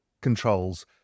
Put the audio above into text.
controls